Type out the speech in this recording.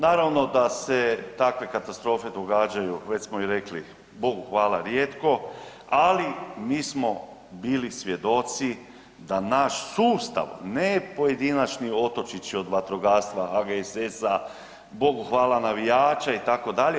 Naravno da se takve katastrofe događaju već smo i rekli, bogu hvala rijetko, ali mi smo bili svjedoci da naš sustav ne pojedinačni otočići od vatrogasaca, HGSS-a, bogu hvala navijača itd.